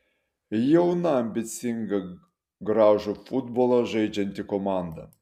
jauna ambicinga gražų futbolą žaidžianti komanda